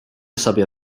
sobie